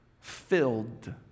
Filled